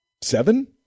seven